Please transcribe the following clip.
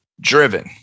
driven